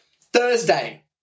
Thursday